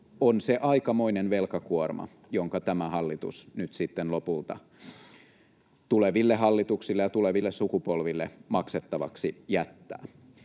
on se aikamoinen velkakuorma, jonka tämä hallitus nyt sitten lopulta tuleville hallituksille ja tuleville sukupolville maksettavaksi jättää.